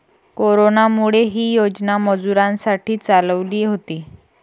कोरोनामुळे, ही योजना मजुरांसाठी चालवली होती